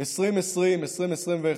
2020 2021,